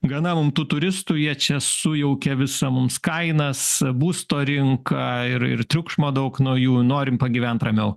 gana mum tų turistų jie čia sujaukia visą mums kainas būsto rinką ir ir triukšmo daug nuo jų norim pagyvent ramiau